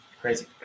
crazy